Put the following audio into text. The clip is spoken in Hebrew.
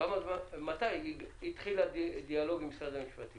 מתי התחיל הדיאלוג עם משרד המשפטים?